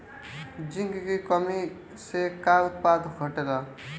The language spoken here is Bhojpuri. जिंक की कमी से का उत्पादन घटेला?